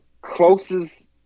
closest